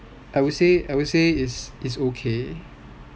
I would say I would say it's okay